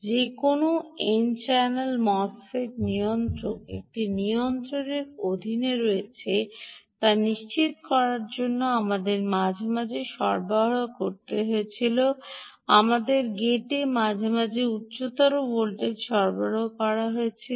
যে কোনও N channel মোসফেটের নিয়ন্ত্রক একটি নিয়ন্ত্রণের অধীনে রয়েছে তা নিশ্চিত করার জন্য আমাদের মাঝে মাঝে সরবরাহ করতে হয়েছিল আমাদের গেটে মাঝে মাঝে উচ্চতর ভোল্টেজ সরবরাহ করতে হয়েছিল